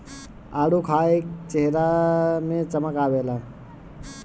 आडू खाए चेहरा में चमक आवेला